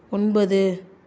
ஒன்பது